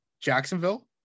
Jacksonville